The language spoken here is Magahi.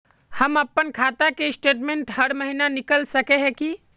हम अपना खाता के स्टेटमेंट हर महीना निकल सके है की?